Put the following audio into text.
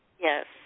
Yes